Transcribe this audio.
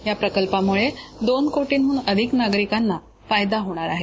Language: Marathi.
या प्रकल्पामुळे दोन कोटींहन अधिक नागरिकांना फायदा होणार आहे